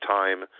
time